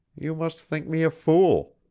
you must think me a fool.